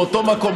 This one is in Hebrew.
באותו מקום,